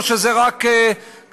או שזה רק כדי,